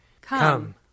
Come